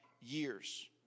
years